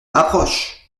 approche